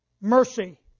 mercy